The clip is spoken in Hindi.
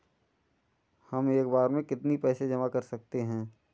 हम एक बार में कितनी पैसे जमा कर सकते हैं?